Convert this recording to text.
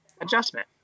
adjustment